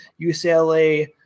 UCLA